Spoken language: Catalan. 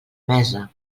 mesa